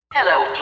Hello